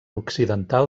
occidental